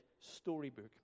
storybook